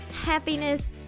happiness